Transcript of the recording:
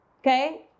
okay